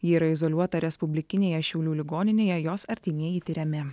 ji yra izoliuota respublikinėje šiaulių ligoninėje jos artimieji tiriami